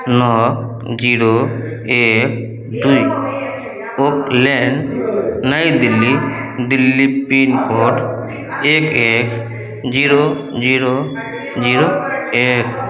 नओ जीरो एक दूइ ओक लेन नई दिल्ली दिल्ली पिनकोड एक एक जीरो जीरो जीरो एक